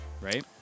right